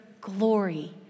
glory